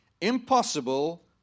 impossible